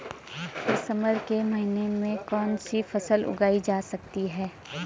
दिसम्बर के महीने में कौन सी फसल उगाई जा सकती है?